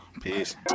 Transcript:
Peace